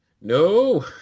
No